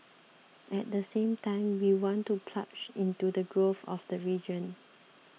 at the same time we want to plug into the growth of the region